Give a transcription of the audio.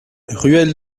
ruelle